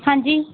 ਹਾਂਜੀ